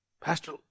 Pastor